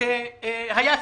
שהיה סיכום.